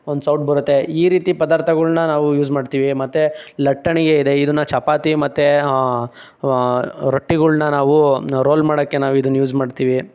ಒಂದು ಸೌಟ್ ಬರುತ್ತೆ ಈ ರೀತಿ ಪದಾರ್ಥಗಳನ್ನ ನಾವು ಯೂಸ್ ಮಾಡ್ತೀವಿ ಮತ್ತೆ ಲಟ್ಟಣಿಗೆ ಇದೆ ಇದನ್ನು ಚಪಾತಿ ಮತ್ತೆ ರೊಟ್ಟಿಗಳನ್ನ ನಾವು ರೋಲ್ ಮಾಡೋಕ್ಕೆ ನಾವು ಇದನ್ನು ಯೂಸ್ ಮಾಡ್ತೀವಿ